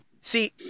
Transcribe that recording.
see